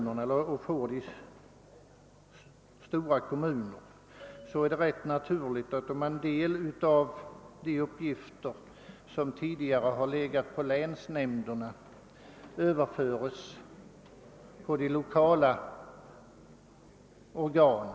När vi får de stora kommunerna är det rätt naturligt att en del av de uppgifter som hittills åvilat länsnämnderna överförs på kommunala organ.